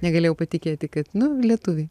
negalėjau patikėti kad nu lietuviai